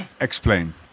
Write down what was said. explain